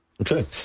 Okay